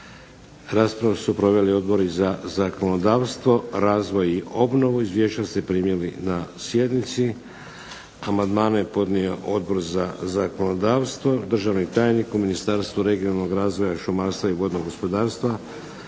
Raspravu su proveli odbori za zakonodavstvo, razvoj i obnovu. Izvješća ste primili na sjednici. Amandmane je podnio Odbor za zakonodavstvo. Državni tajnik u Ministarstvu regionalnog razvoja i šumarstva i vodnog gospodarstva